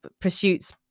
pursuits